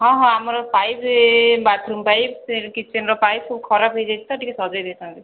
ହଁ ହଁ ଆମର ପାଇପ୍ ବାଥ୍ରୁମ୍ ପାଇପ୍ କିଚେନ୍ର ପାଇପ୍ ସବୁ ଖରାପ ହୋଇଯାଇଛି ତ ଟିକିଏ ସଜାଇ ଦେଇଥାନ୍ତେ